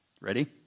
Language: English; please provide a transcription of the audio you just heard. Ready